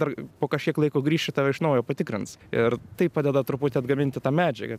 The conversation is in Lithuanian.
dar po kažkiek laiko grįši tave iš naujo patikrins ir tai padeda truputį atgaminti tą medžiagą